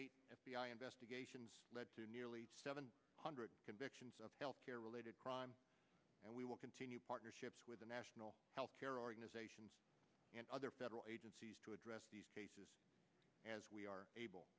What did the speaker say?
eight f b i investigations lead to nearly seven hundred convictions of healthcare related crime and we will continue partnerships with the national health care organizations and other federal agencies to address these cases as we are able